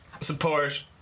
support